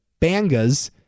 Bangas